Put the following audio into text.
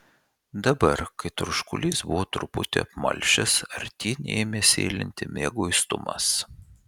dabar kai troškulys buvo truputį apmalšęs artyn ėmė sėlinti mieguistumas